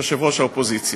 יושב-ראש האופוזיציה.